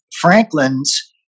Franklin's